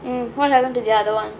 mmhmm what happen to the other one